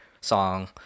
song